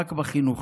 רק בחינוך.